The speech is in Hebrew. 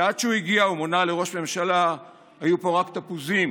שעד שהוא הגיע ומונה לראש ממשלה היו פה רק תפוזים,